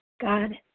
God